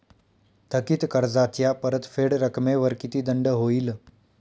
थकीत कर्जाच्या परतफेड रकमेवर किती दंड होईल?